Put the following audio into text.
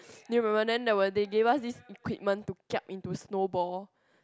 do you remember then they were they gave up this equipment to kiap into snow ball